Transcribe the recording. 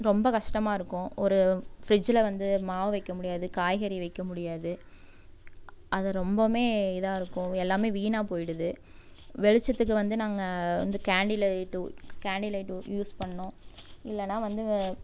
ரொம்ப கஷ்டமாக இருக்கும் ஒரு ஃபிரிட்ஜில் வந்து மாவு வைக்க முடியாது காய்கறி வைக்க முடியாது அது ரொம்பவுமே இதாக இருக்கும் எல்லாமே வீணாக போயிடுது வெளிச்சத்துக்கு வந்து நாங்கள் வந்து candle light candle light use பண்ணணும் இல்லைனா வந்து